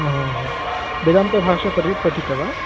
ओ हो हो हो वेदान्तभाषा परि पठिता वा